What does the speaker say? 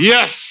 Yes